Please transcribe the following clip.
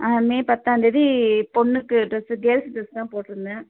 ஆ May பத்தாம்தேதி பொண்ணுக்கு dress girls dress தான் போட்டிருந்தேன்